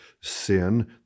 sin